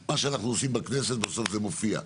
מה שאנחנו עושים בכנסת בסוף מופיע,